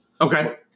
okay